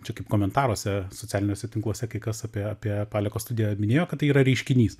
čia kaip komentaruose socialiniuose tinkluose kai kas apie apie paleko studiją minėjo kad tai yra reiškinys